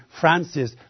Francis